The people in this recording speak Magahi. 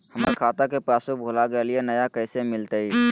हमर खाता के पासबुक भुला गेलई, नया कैसे मिलतई?